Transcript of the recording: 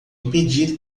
impedir